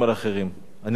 אני מרגיש שדורכים